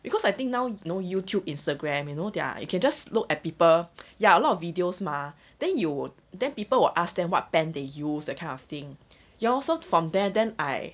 because I think now know youtube instagram you know there are you can just look at people ya a lot of videos mah then you will then people will ask them what pen they use that kind of thing ya lor so from there then I